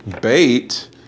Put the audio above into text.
Bait